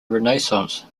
renaissance